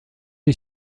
est